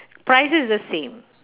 price is the same